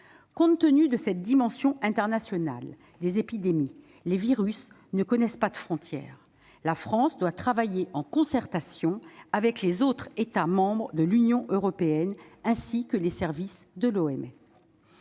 Compte tenu de cette dimension internationale des épidémies, les virus ne connaissant pas de frontières, la France doit travailler en concertation avec les autres États membres de l'Union européenne, ainsi qu'avec les services de l'OMS.